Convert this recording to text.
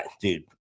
dude